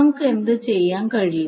നമുക്ക് എന്തുചെയ്യാൻ കഴിയും